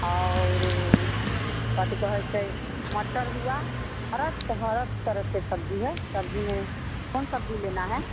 और कथी कहै छै मटर हुआ हरक त हरक तरह के सब्ज़ी है सब्ज़ी में कौन सब्ज़ी लेना है